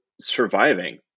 surviving